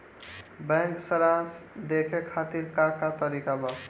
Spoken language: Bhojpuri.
बैंक सराश देखे खातिर का का तरीका बा?